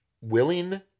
willing